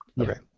Okay